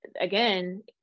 again